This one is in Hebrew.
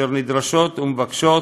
אשר נדרשות, ומבקשות,